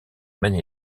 maine